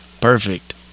perfect